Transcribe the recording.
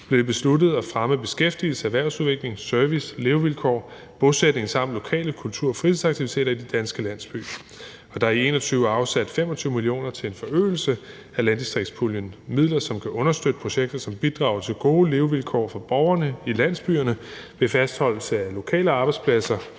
det besluttet at fremme beskæftigelse, erhvervsudvikling, service, levevilkår, bosætning samt lokale kultur- og fritidsaktiviteter i de danske landsbyer. Der er i 2021 afsat 25 mio. kr. til en forøgelse af landdistriktspuljen – midler, som kan understøtte projekter, som bidrager til gode levevilkår for borgerne i landsbyerne ved fastholdelse af lokale arbejdspladser,